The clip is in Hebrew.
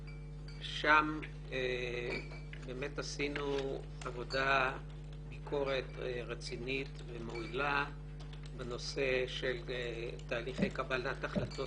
שם באמת עשינו עבודת ביקורת רצינית ומועילה בנושא של תהליכי קבלת החלטות